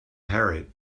parrot